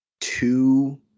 two